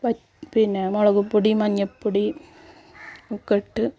വ പിന്നെ മുളകുപൊടി മഞ്ഞപ്പൊടി ഒക്കെ ഇട്ട്